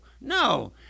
no